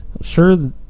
sure